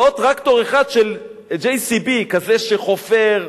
ועוד טרקטור אחד כזה שחופר,